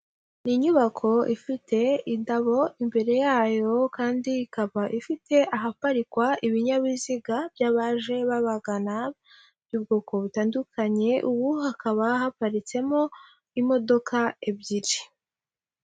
Ni inyubako ifite indabo, imbere yayo kandi ikaba ifite ahaparikwa ibinyabiziga by'abaje babagana by'ubwoko butandukanye, ubu hakaba haparitsemo imodoka ebyiri.